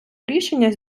рішення